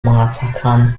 mengatakan